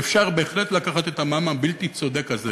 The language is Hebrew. שאפשר בהחלט לקחת מהם את המע"מ הבלתי-צודק הזה.